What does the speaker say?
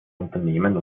unternehmen